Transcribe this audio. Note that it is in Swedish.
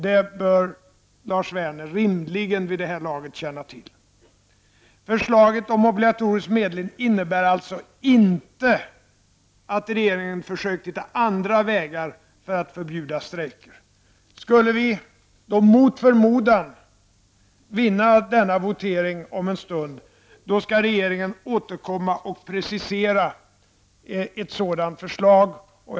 Det bör Lars Werner vid denna tid rimligen känna till. Förslaget om obligatorisk medling innebär alltså inte att regeringen försökt hitta andra vägar att förbjuda strejker. Skulle vi mot förmodan vinna den votering som skall äga rum om en stund, skall regeringen återkomma och precisera ett sådant förslag.